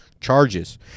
charges